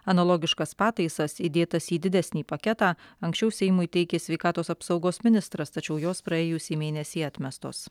analogiškas pataisas įdėtas į didesnį paketą anksčiau seimui teikė sveikatos apsaugos ministras tačiau jos praėjusį mėnesį atmestos